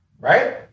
right